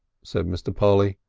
said mr. polly.